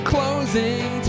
Closing